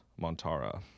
Montara